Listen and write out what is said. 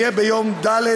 יהיה יום ד'